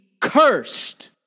cursed